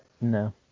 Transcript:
No